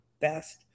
best